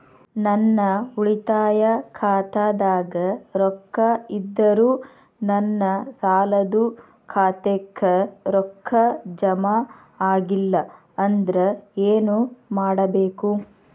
ನನ್ನ ಉಳಿತಾಯ ಖಾತಾದಾಗ ರೊಕ್ಕ ಇದ್ದರೂ ನನ್ನ ಸಾಲದು ಖಾತೆಕ್ಕ ರೊಕ್ಕ ಜಮ ಆಗ್ಲಿಲ್ಲ ಅಂದ್ರ ಏನು ಮಾಡಬೇಕು?